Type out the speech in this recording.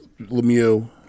Lemieux